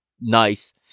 nice